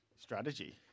strategy